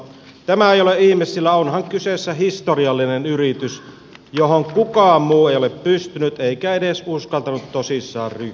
tämä ei ole ihme sillä onhan kyseessä historiallinen yritys johon kukaan muu ei ole pystynyt eikä edes uskaltanut tosissaan ryhtyä